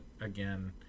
again